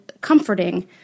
comforting